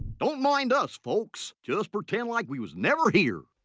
don't mind us, folks. just pretend like we was never here.